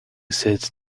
says